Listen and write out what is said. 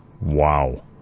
Wow